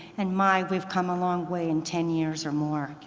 and my, we've come a long way in ten years or more.